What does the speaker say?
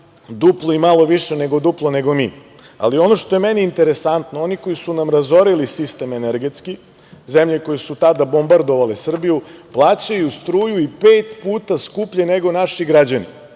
duplo i malo više od duplog nego mi. Ali, ono što je meni interesantno, oni koji su nam razorili sistem energetski, zemlje koje su tada bombardovale Srbiju, plaćaju struju i pet puta skuplje nego naši građani.